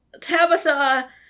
Tabitha